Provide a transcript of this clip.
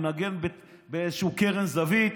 מנגן בקרן זווית,